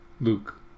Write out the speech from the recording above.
Luke